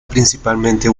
principalmente